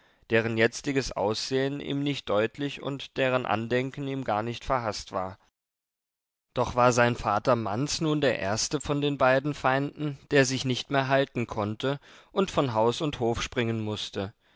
deren jetziges aussehen ihm nicht deutlich und deren andenken ihm gar nicht verhaßt war doch war sein vater manz nun der erste von den beiden feinden der sich nicht mehr halten konnte und von haus und hof springen mußte